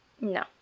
no